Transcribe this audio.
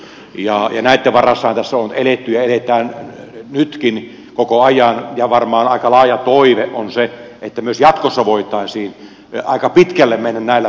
näitten varassahan tässä on eletty ja eletään nytkin koko ajan ja varmaan aika laaja toive on se että myös jatkossa voitaisiin aika pitkälle mennä näillä fundamenteilla